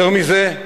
יותר מזה,